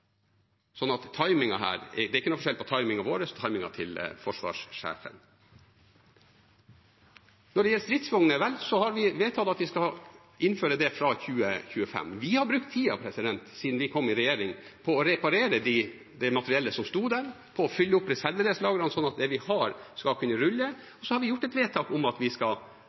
det ikke er noen forskjell på timingen vår og timingen til forsvarssjefen. Når det gjelder stridsvogner, har vi vedtatt at vi skal innføre det fra 2025. Vi har brukt tiden siden vi kom i regjering, på å reparere det materiellet som sto der, på å fylle opp reservedelslagrene, sånn at det vi har, skal kunne rulle. Så har vi gjort et vedtak om at vi skal